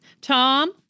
Tom